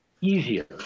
easier